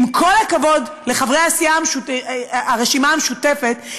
עם כל הכבוד לחברי הרשימה המשותפת,